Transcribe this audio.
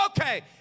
okay